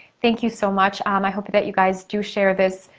thank you so much. um i hope that you guys do share this,